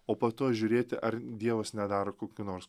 o pa to žiūrėti ar dievas nedaro kokių nors